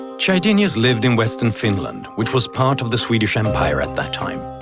chydenius lived in western finland, which was part of the swedish empire at that time.